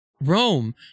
Rome